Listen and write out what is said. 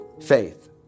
faith